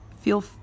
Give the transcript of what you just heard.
feel